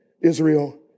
Israel